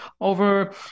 over